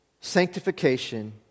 sanctification